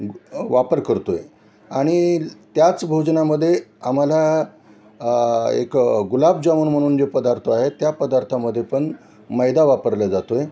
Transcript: वापर करतो आहे आणि त्याच भोजनामध्ये आम्हाला एक गुलाबजामून म्हणून जे पदार्थ आहे त्या पदार्थामध्ये पण मैदा वापरला जातो आहे